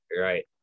Right